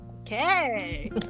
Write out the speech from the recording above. Okay